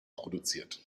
produziert